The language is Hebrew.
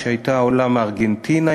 שהייתה עולה מארגנטינה,